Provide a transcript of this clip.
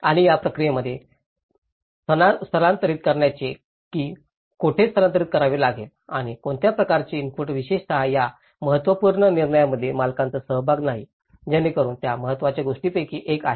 आणि या प्रक्रियेमध्ये स्थानांतरित करायचे की कोठे स्थानांतरित करावे आणि कोणत्या प्रकारचे इनपुट विशेषतः या महत्त्वपूर्ण निर्णयांमध्ये मालकांचा सहभाग नाही जेणेकरून त्या महत्त्वाच्या गोष्टींपैकी एक आहेत